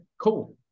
cool